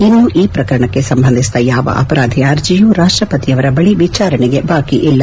ಇನ್ನು ಈ ಪ್ರಕರಣಕ್ಕೆ ಸಂಬಂಧಿಸಿದ ಯಾವ ಅಪರಾಧಿಯ ಅರ್ಜಿಯೂ ರಾಷ್ಷಪತಿಯವರ ಬಳಿ ವಿಚಾರಣೆಗೆ ಬಾಕಿ ಇಲ್ಲ